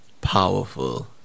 powerful